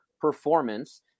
performance